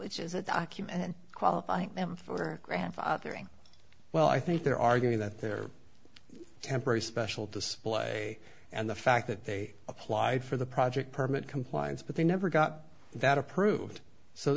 which is a document qualify them for grandfathering well i think they're arguing that they're temporary special display and the fact that they applied for the project permit compliance but they never got that approved so